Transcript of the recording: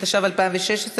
התשע"ו 2016,